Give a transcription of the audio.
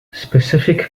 specific